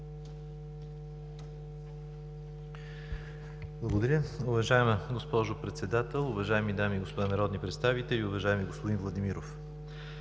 България): Уважаема госпожо Председател, уважаеми дами и господа народни представители. Уважаеми господин Министър,